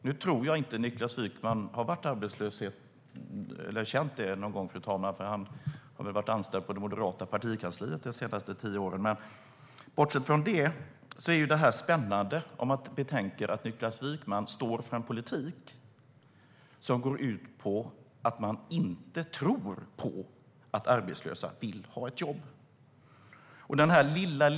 Nu tror jag inte att Niklas Wykman har varit arbetslös eller känt detta någon gång, för han har väl varit anställd på det moderata partikansliet de senaste tio åren, men bortsett från det och om man betänker att Niklas Wykman står för en politik som går ut på att man inte tror på att arbetslösa vill ha ett jobb är det här spännande.